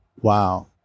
wow